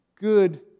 good